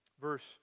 Verse